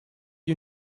you